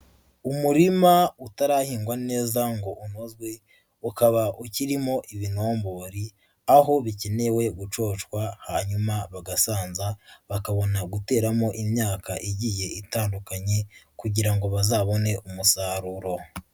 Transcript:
Umurima utarahingwa neza ngo unozwe, ukaba ukirimo ibinombori aho bikenewe gucocwa hanyuma bagasanza bakabona guteramo imyaka igiye itandukanye kugira ngo bazabone umusaruro.